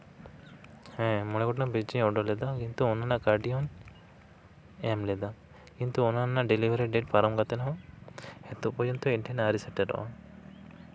ᱦᱮᱸ ᱢᱚᱬᱮ ᱜᱚᱴᱟᱝ ᱯᱷᱤᱡᱽᱡᱟ ᱚᱰᱟᱨ ᱞᱮᱫᱟ ᱠᱤᱱᱛᱩ ᱚᱱᱟ ᱨᱮᱱᱟᱜ ᱠᱟᱹᱣᱰᱤ ᱦᱚᱸᱧ ᱮᱢ ᱞᱮᱫᱟ ᱠᱤᱱᱛᱩ ᱚᱱᱟ ᱨᱮᱱᱟᱜ ᱰᱮᱞᱤᱵᱷᱟ ᱨᱤ ᱰᱮᱴ ᱯᱟᱨᱚᱢ ᱠᱟᱛᱮ ᱦᱚᱸ ᱱᱤᱛᱳᱜ ᱯᱨᱚᱡᱚᱱᱛᱚ ᱤᱧ ᱴᱷᱮᱱ ᱟᱹᱣᱨᱤ ᱥᱮᱴᱮᱨᱚᱜᱼᱟ